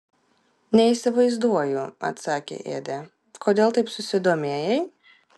neįsivaizduoju atsakė ėdė kodėl taip susidomėjai